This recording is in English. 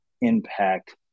impact –